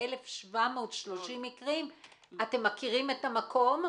ב-1,730 אתם מכירים את המקום?